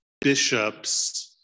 bishops